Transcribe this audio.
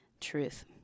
Truth